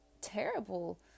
terrible